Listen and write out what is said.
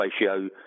ratio